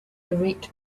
direct